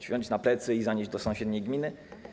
Ma wziąć na plecy i zanieść do sąsiedniej gminy?